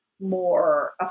more